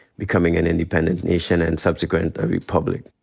becoming an independent nation and subsequent a republic.